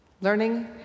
learning